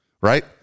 right